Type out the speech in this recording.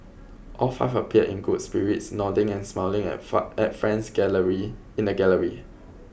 all five appeared in good spirits nodding and smiling at five at friends gallery in the gallery